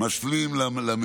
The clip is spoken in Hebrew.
חלק משלים למעונות?